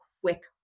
quick